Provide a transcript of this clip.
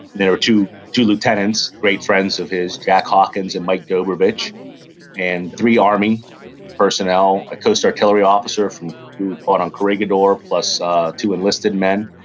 there were two two lieutenants, great friends of his, jack hawkins and mike dobervich and three army personnel, a coast artillery officer who fought on corregidor, plus two enlisted men.